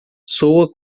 soa